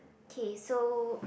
K so